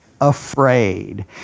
afraid